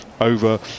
over